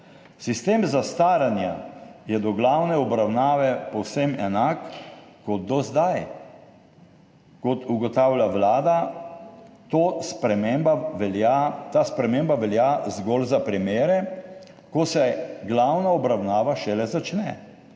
Sistem zastaranja je do glavne obravnave povsem enak kot do zdaj. Kot ugotavlja Vlada, ta sprememba velja zgolj za primere, ko se glavna obravnava šele začne.